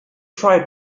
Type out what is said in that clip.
tried